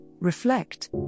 reflect